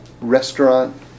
restaurant